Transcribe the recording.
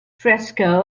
fresco